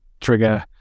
trigger